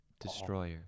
Destroyer